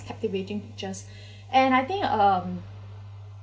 captivating just and I think um